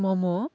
momo